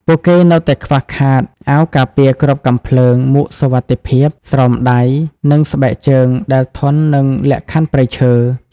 ពួកគេនៅតែខ្វះខាត អាវការពារគ្រាប់កាំភ្លើង មួកសុវត្ថិភាព ស្រោមដៃ និងស្បែកជើងដែលធន់នឹងលក្ខខណ្ឌព្រៃឈើ។